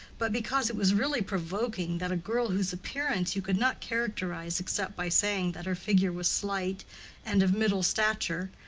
but because it was really provoking that a girl whose appearance you could not characterize except by saying that her figure was slight and of middle stature,